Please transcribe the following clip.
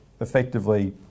effectively